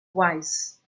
weiss